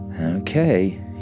Okay